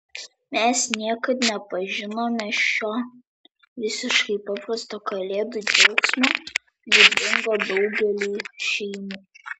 mes niekad nepažinome šio visiškai paprasto kalėdų džiaugsmo būdingo daugeliui šeimų